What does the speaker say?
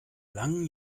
langen